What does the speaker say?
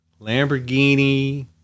Lamborghini